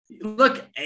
look